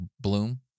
bloom